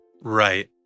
Right